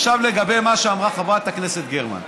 עכשיו לגבי מה שאמרה חברת הכנסת גרמן.